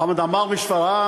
חמד עמאר משפרעם,